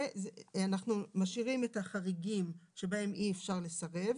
ואנחנו משאירים את החריגים שבהם אי אפשר לסרב.